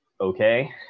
okay